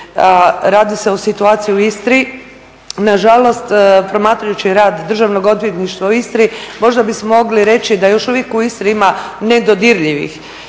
Radi se o situaciji u Istri. Nažalost, promatrajući rad Državnog odvjetništva u Istri možda bismo mogli reći da još uvijek u Istri ima nedodirljivih